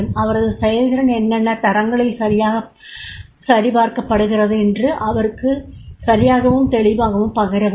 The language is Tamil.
அவரது செயல் திறன் என்னென்ன தரங்களில் சரிபார்க்கப் படுகிறதென்பதை அவருக்கு சரியாகவும் தெளிவாகவும் பகிர வேண்டும்